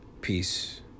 peace